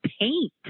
paint